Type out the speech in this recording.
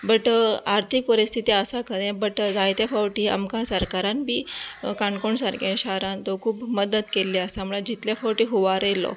but आर्थीक परीस्थीती आसा खरें बट जायतें फावटी आमकां सरकारान बी काणकोण सारकें शारांत खूब मदत केली आसा म्हणोन जितलें फावटी हुंवार येयल्लो